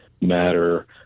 matter